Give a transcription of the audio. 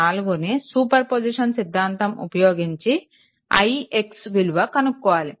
4ను superposition సిద్ధాంతం ఉపయోగించి ix విలువని కనుక్కోవాలి